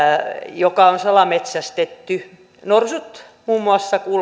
joka on salametsästetty muun muassa norsut